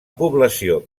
població